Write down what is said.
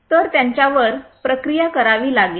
तर त्यांच्यावर प्रक्रिया करावी लागेल